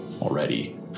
already